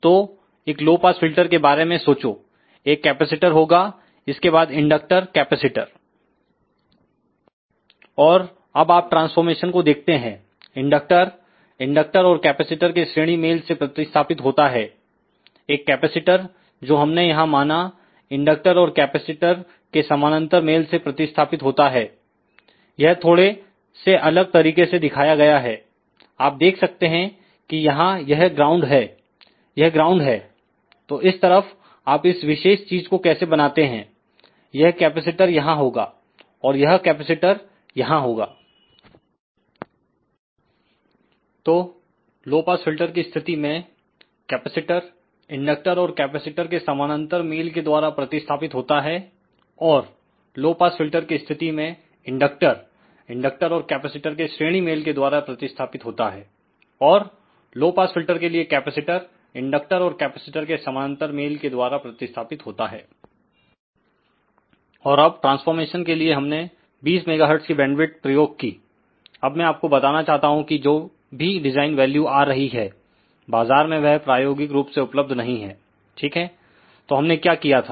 तोएक low pass filter के बारे में सोचोएक कैपेसिटर होगाइसके बाद इंडक्टर कैपेसिटर और अबआप ट्रांसफॉरमेशन को देखते हैं इंडक्टर इंडक्टर और कैपेसिटर केश्रेणी मेल से प्रतिस्थापित होता हैएक कैपेसिटर जो हमने यहां माना इंडक्टर और कैपेसिटर के समानांतर मेल से प्रतिस्थापित होता है यह थोड़े से अलग तरीके से दिखाया गया है आप देख सकते हैं कि यहां यह ग्राउंड है यह ग्राउंड है तो इस तरफ आप इस विशेष चीज को कैसे बनाते हैं यह कैपेसिटर यहां होगा और यह कैपेसिटर यहां होगा तोलो पास फिल्टर की स्थिति मेंकैपेसिटरइंडक्टर और कैपेसिटर के समांतर मेल के द्वारा प्रतिस्थापित होता है और लो पास फिल्टर की स्थिति में इंडक्टर इंडक्टर और कैपेसिटर के श्रेणी मेल के द्वारा प्रतिस्थापित होता है और लो पास फिल्टर के लिये कैपेसिटर इंडक्टर और कैपेसिटर के समांतर मेल के द्वारा प्रतिस्थापित होता है और अब ट्रांसफॉरमेशन के लिएहमने 20 MHzकी बैंडविथप्रयोग कीअब मैं आपको बताना चाहता हूं कि जो भी डिजाइन वैल्यू आ रही हैं बाजार में वह प्रायोगिक रूप से उपलब्ध नहीं है ठीक है तो हमने क्या किया था